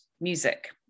music